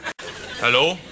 Hello